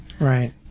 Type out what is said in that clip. Right